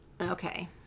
Okay